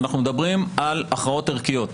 אנחנו מדברים על הכרעות ערכיות.